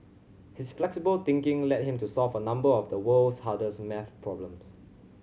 his flexible thinking led him to solve a number of the world's hardest maths problems